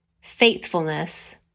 faithfulness